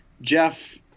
Jeff